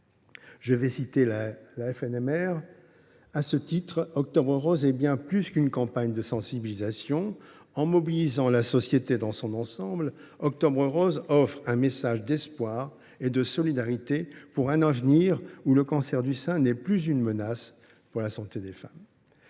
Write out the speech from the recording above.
radiologues (FNMR) :« Octobre rose est bien plus qu’une campagne de sensibilisation. […] En mobilisant la société dans son ensemble, Octobre rose offre un message d’espoir et de solidarité pour un avenir où le cancer du sein n’est plus une menace pour la santé des femmes. »